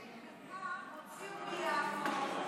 את חלקם הוציאו מיפו,